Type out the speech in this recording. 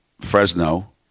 Fresno